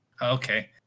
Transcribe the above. Okay